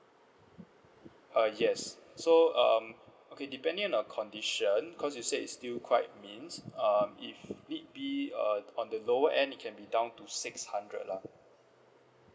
uh yes so um okay depending on your condition because you said it's still quite means uh if it be uh on the lower end it can be down to six hundred lah